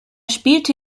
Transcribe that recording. spielte